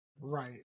right